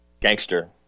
gangster